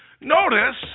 Notice